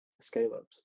scale-ups